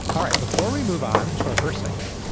all right. before we move on to our first segment,